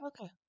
okay